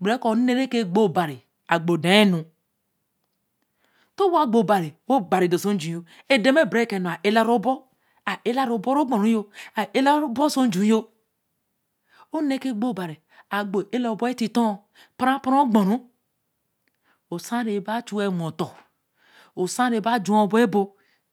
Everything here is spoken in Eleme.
gbere ko. ōne re ke gbo obari a gbo daā nu. to wa gbo obari wen obari dor oso j̄u yo, da-ma e be re ken enu a elaru bo a e la re bo ru okpwn ru yo. a e la o bo oso nj̄u yo. orne ke gbe obari a gbo e la bo e tí tōor. parn ra par re o kporu. osa re be chu wa wen o ton. osa re ba ju wa bo e bor